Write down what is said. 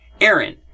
Aaron